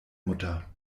mutter